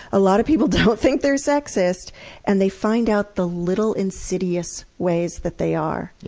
a lot of people don't think they're sexist and they find out the little, insidious ways that they are.